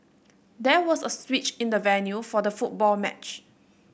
there was a switch in the venue for the football match